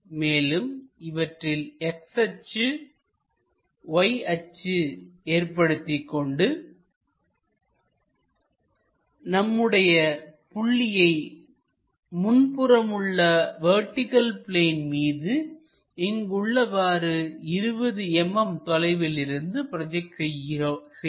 மேலும் இவற்றில் X அச்சுY அச்சு ஏற்படுத்திக்கொண்டுநம்முடைய புள்ளியை முன்புறமுள்ள வெர்டிகள் பிளேன் மீது இங்கு உள்ளவாறு 20 mm தொலைவிலிருந்து ப்ரோஜெக்ட் செய்கிறோம்